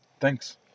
thanks